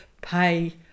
pay